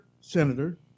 senator